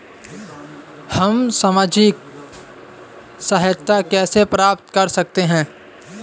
हम सामाजिक सहायता कैसे प्राप्त कर सकते हैं?